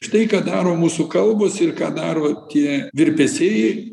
štai ką daro mūsų kalbos ir ką daro tie virpesiai